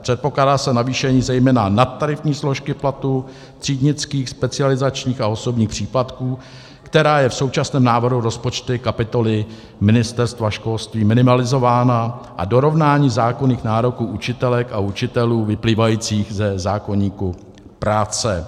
Předpokládá se navýšení zejména nadtarifní složky platů, třídnických, specializačních a osobních příplatků, která je v současném návrhu rozpočtu kapitoly Ministerstva školství minimalizována, a dorovnání zákonných nároků učitelek a učitelů vyplývajících ze zákoníku práce.